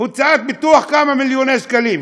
הוצאת ביטוח כמה מיליוני שקלים,